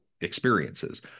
experiences